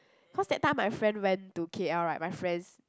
cause that time my friend went to K_L right my friends